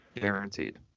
Guaranteed